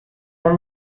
more